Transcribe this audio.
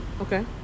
Okay